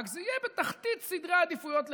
רק שזה יהיה בתחתית סדרי העדיפויות לאכיפה.